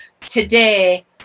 today